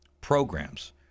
programs